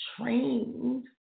trained